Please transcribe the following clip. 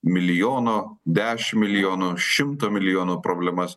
milijono dešimt milijonų šimto milijonų problemas